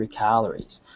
calories